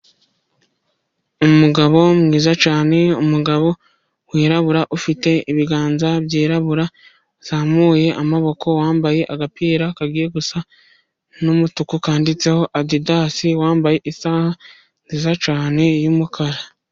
Umugabo mwiza cyane, umugabo wirabura ufite ibiganza byirabura, uzamuye amaboko wambaye agapira kagiye gusa n'umutuku, kanditseho adidasi wambaye isaha nziza cyane y'umukara.